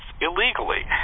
illegally